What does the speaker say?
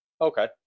Okay